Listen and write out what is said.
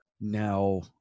now